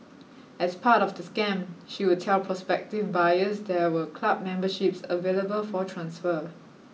as part of the scam she would tell prospective buyers there were club memberships available for transfer